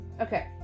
Okay